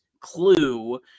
clue